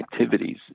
activities